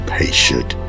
patient